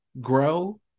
grow